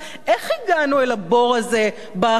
איך הגענו אל הבור הזה בהכנסות,